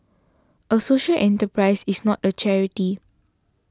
a social enterprise is not a charity